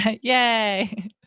Yay